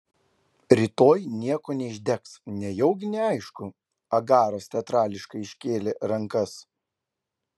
rytoj nieko neišdegs nejaugi neaišku agaras teatrališkai iškėlė rankas